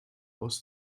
aus